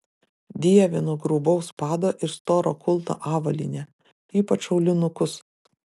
dievinu grubaus pado ir storo kulno avalynę ypač aulinukus